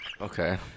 Okay